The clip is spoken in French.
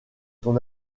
ton